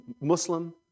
Muslim